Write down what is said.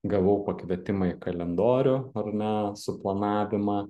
gavau pakvietimą į kalendorių ar ne suplanavimą